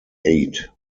eight